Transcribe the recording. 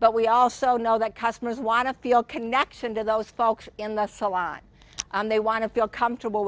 but we also know that customers want to feel connection to those folks in the salon they want to feel comfortable